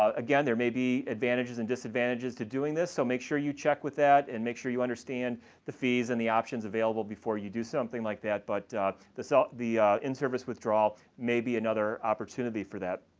ah again there may be advantages and disadvantages to doing this, so make sure you check with that and make sure you understand the fees and the options available before you do something like that, but ah the in-service withdrawal may be another opportunity for that.